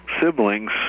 siblings